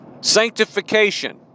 Sanctification